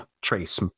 trace